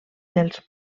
dels